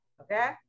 okay